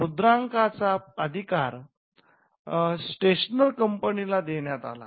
मुद्रकांचा अधिकार स्टेशनर्स कंपनीला देण्यात आला